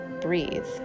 breathe